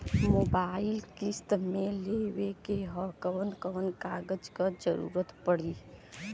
Mobile किस्त मे लेवे के ह कवन कवन कागज क जरुरत पड़ी?